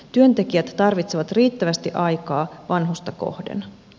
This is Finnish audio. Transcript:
työntekijät tarvitsevat riittävästi aikaa vanhusta kohden